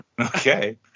Okay